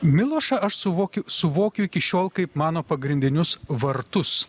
milošą aš suvokiau suvokiu iki šiol kaip mano pagrindinius vartus